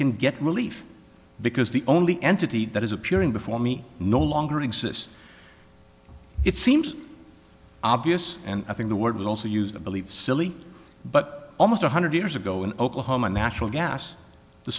can get relief because the only entity that is appearing before me no longer exists it seems obvious and i think the word was also used to believe silly but almost one hundred years ago in oklahoma natural gas the